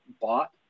bought